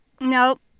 Nope